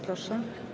Proszę.